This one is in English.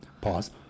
Pause